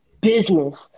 business